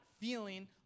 feeling